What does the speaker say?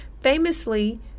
famously